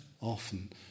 often